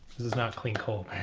this is not clean coal.